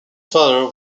father